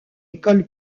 école